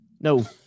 No